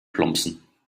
plumpsen